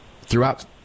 throughout